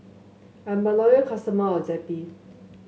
I'm a loyal customer of Zappy